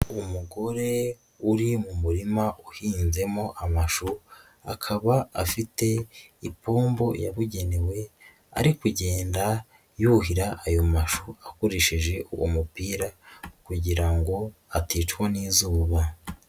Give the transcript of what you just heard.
Umugore uri mu murima uhinzemo amashu, akaba afite ipombo yabugenewe ari kugenda yuhira ayo mashu akoresheje uwo mupira kugira ngo aticwa n'izuba.